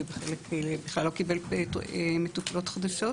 ולא קיבל מטופלות חדשות.